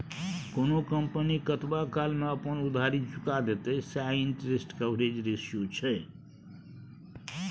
कोनो कंपनी कतबा काल मे अपन उधारी चुका देतेय सैह इंटरेस्ट कवरेज रेशियो छै